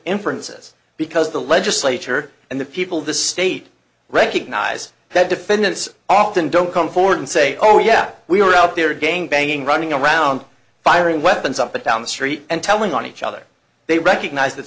inferences because the legislature and the people of the state recognize that defendants often don't come forward and say oh yeah we were out there gang banging running around firing weapons up and down the street and telling on each other they recognize that